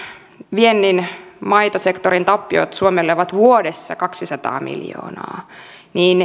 viennin maitosektorin tappiot suomelle ovat vuodessa kaksisataa miljoonaa niin